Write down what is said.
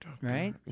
Right